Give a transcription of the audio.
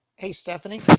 hey stephanie?